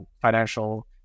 financial